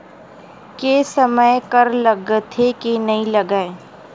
के समय कर लगथे के नइ लगय?